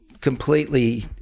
completely